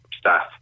staff